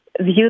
view